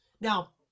Now